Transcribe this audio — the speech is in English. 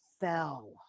fell